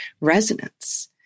resonance